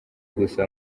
gusa